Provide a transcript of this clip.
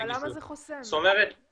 אבל למה זה חוסם --- אני